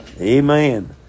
Amen